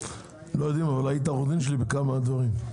לא יודעים, אבל היית העורך דין שלי בכמה דברים.